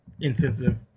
insensitive